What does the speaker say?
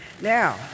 Now